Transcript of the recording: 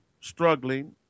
struggling